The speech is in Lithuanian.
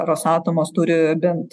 rosatomas turi bent